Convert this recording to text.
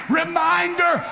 reminder